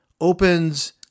opens